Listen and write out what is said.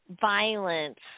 violence